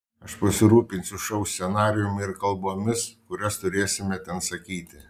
aš pasirūpinsiu šou scenarijumi ir kalbomis kurias turėsime ten sakyti